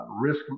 risk